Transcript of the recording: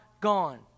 gone